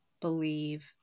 believe